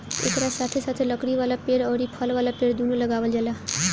एकरा साथे साथे लकड़ी वाला पेड़ अउरी फल वाला पेड़ दूनो लगावल जाला